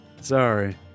Sorry